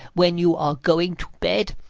when you are going to bed,